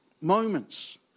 moments